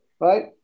right